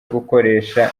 gukoresha